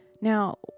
Now